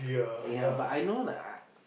yeah but I know like I